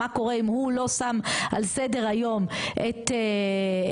מה קורה אם הוא לא שם על סדר היום את החלפתו,